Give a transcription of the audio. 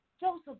Joseph